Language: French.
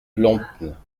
lompnes